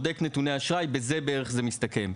ונתוני אשראי, ובזה, בערך, זה מסתכם.